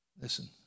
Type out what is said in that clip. Listen